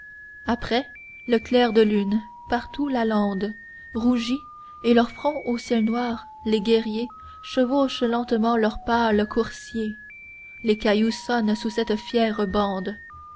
après le clair de lune partout la lande rougis et leurs fronts aux cieux noirs les guerriers chevauchent lentement leurs pâles coursiers les cailloux sonnent sous cette fière bande